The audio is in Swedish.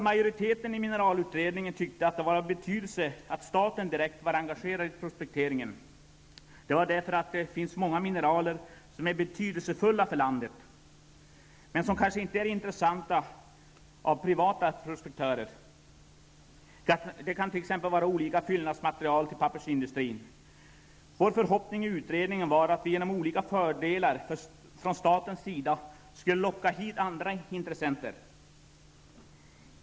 Majoriteten i mineralutredningen tyckte att det var av betydelse att staten direkt var engagerad i prospekteringen därför att det finns många mineraler som är betydelsefulla för landet, men som kanske inte är intressanta för privata prospektörer. Det kan t.ex. vara olika fyllnadsmaterial till pappersindustrin. Vår förhoppning i utredningen var att vi genom olika fördelar från statens sida skulle locka hit andra intressenter.